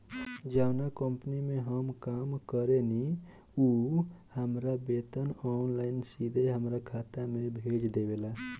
जावना कंपनी में हम काम करेनी उ हमार वेतन ऑनलाइन सीधे हमरा खाता में भेज देवेले